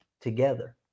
together